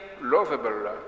lovable